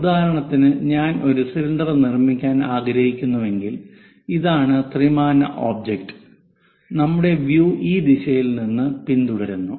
ഉദാഹരണത്തിന് ഞാൻ ഒരു സിലിണ്ടർ നിർമ്മിക്കാൻ ആഗ്രഹിക്കുന്നുവെങ്കിൽ ഇതാണ് ത്രിമാന ഒബ്ജക്റ്റ് നമ്മുടെ വ്യൂ ഈ ദിശയിൽ നിന്ന് പിന്തുടരുന്നു